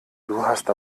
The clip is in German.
hast